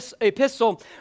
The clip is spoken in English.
epistle